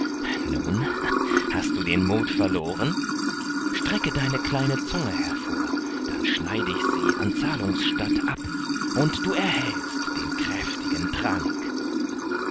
nun hast du den mut verloren strecke deine kleine zunge hervor dann schneide ich sie an zahlungs statt ab und du erhältst den kräftigen trank